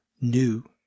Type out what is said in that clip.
new